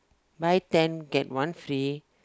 buy ten get one free